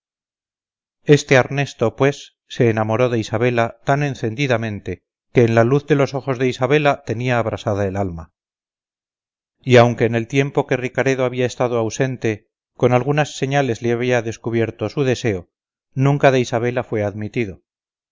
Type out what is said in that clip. este arnesto pues se enamoró de isabela tan encendidamente que en la luz de los ojos de isabela tenía abrasada el alma y aunque en el tiempo que ricaredo había estado aunsente con algunas señales le había descubierto su deseo nunca de isabela fue admitido